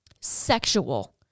sexual